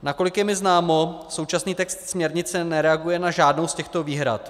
Nakolik je mi známo, současný text směrnice nereaguje na žádnou z těchto výhrad.